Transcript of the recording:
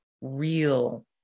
real